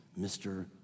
Mr